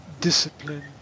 disciplined